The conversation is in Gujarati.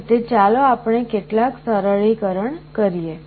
આ રીતે ચાલો આપણે કેટલાક સરળીકરણ કરીએ